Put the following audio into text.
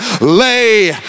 lay